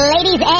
Ladies